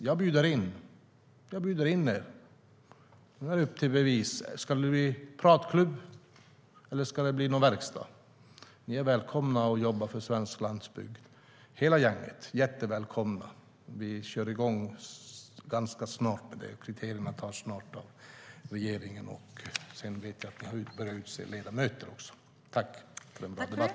Jag bjuder in er. Ska det bli pratklubb eller verkstad? Ni är välkomna att jobba för svensk landsbygd, hela gänget. Vi kör igång ganska snart. Regeringen beslutar snart om kriterierna och börjar utse ledamöter. Tack för en bra debatt!